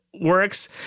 works